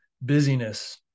busyness